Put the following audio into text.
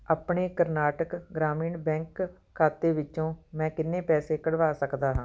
ਆਪਣੇ ਕਰਨਾਟਕ ਗ੍ਰਾਮੀਣ ਬੈਂਕ ਖਾਤੇ ਵਿੱਚੋਂ ਮੈਂ ਕਿੰਨੇ ਪੈਸੇ ਕੱਢਵਾ ਸਕਦਾ ਹਾਂ